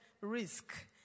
risk